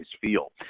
feel